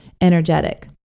energetic